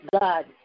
God